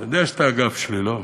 אתה יודע שאתה הגב שלי, לא?